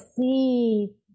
see